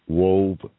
wove